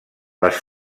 les